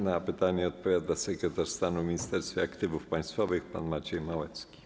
Na pytanie odpowiada sekretarz stanu w Ministerstwie Aktywów Państwowych pan Maciej Małecki.